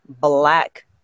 black